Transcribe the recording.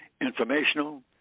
informational